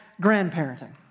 grandparenting